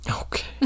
Okay